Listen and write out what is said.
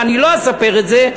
ואני לא אספר את זה,